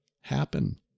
happen